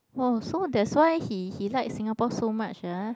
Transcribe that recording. !wah! so that's why he he like Singapore so much ah